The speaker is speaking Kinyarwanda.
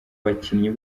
bakinnyi